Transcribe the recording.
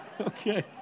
Okay